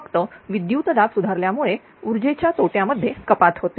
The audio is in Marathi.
फक्त विद्युतदाब सुधारल्यामुळे ऊर्जेच्या तोट्या मध्ये कपात होते